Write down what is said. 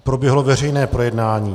Proběhlo veřejné projednání.